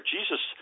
Jesus